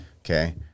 Okay